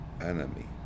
enemy